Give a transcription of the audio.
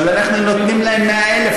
אבל אנחנו נותנים להם 100,000,